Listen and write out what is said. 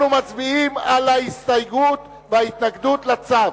אנחנו מצביעים על ההסתייגות וההתנגדות לצו.